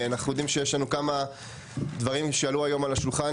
אנחנו יודעים שיש לנו כמה דברים שעלו היום על השולחן,